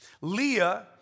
Leah